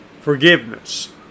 forgiveness